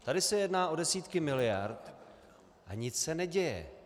Tady se jedná o desítky miliard, a nic se neděje.